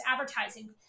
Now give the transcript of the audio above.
advertising